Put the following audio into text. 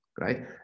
right